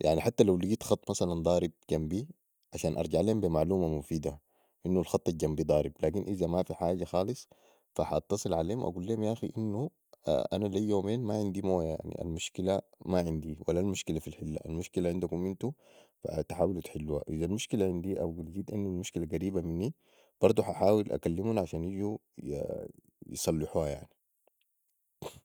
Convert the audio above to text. يعني حتي لو ليقيت خط مثلا ضارب جمبي عشان ارجع ليهم بي معلومه مفيدة انو الخط الجنبي طارب لكن إذا مافي حاجه خالص فا ح اتصل عليهم أقوليهم ياخي انو أنا لي يومين ماعندي مويه المشكله ماعندي والمشكله مافي الحله المشكله عندكم أنتو فتحاولو تحلوها اذا المشكله إذا المشكله عندي او لقيت انو المشكله قريبه مني برضو ح أحاول اكلمم عشان يجو يصلحوها يعني